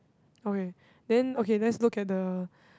okay then okay let's look at the